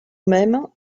même